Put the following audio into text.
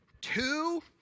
two